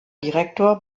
direktor